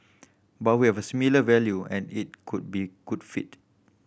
but we have similar value and it could be good fit